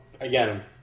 again